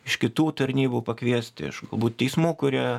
iš kitų tarnybų pakviesti iš galbūt teismų kurie